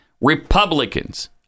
Republicans